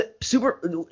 super